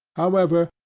however,